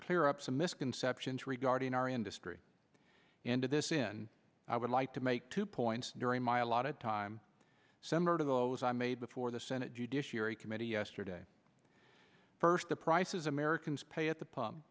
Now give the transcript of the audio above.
clear up some misconceptions regarding our industry and to this in i would like to make two points during my allotted time similar to those i made before the senate judiciary committee yesterday first the prices americans pay at the p